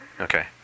Okay